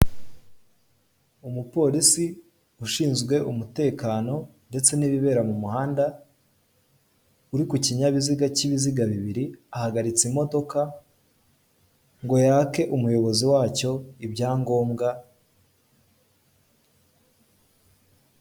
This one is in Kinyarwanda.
Umupolisi ushinzwe umutekano ndetse n'ibibera mu muhanda uri ku kinyabiziga cy'ibiziga bibiri ahagaritse imodoka ngo yake umuyobozi wacyo ibyangombwa.